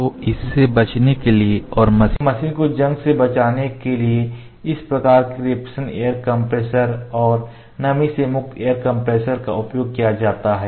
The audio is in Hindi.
तो इससे बचने के लिए और मशीन को जंग से बचाने के लिए इस प्रकार की रेफ्रिजरेशन एयर कंप्रेशर और नमी से मुक्त एयर कंप्रेशर का उपयोग किया जाता है